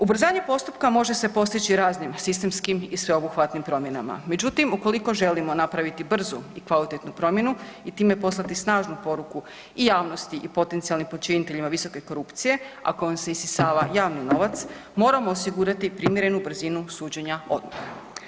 Ubrzanje postupka može se postići raznim sistemskim i sveobuhvatnim promjenama, međutim ukoliko želimo napraviti brzu i kvalitetnu promjenu i time poslati snažnu poruku i javnosti i potencijalnim počiniteljima visoke korupcije, a kojom se isisava javni novac moramo osigurati primjerenu brzinu suđenja odmah.